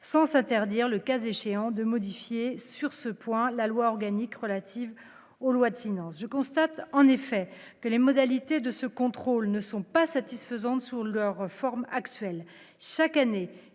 sans s'interdire le cas échéant de modifier sur ce point, la loi organique relative aux lois de finances je constate en effet que les modalités de ce contrôle ne sont pas satisfaisantes sous leur forme actuelle, chaque année,